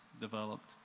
developed